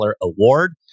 award